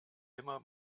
immer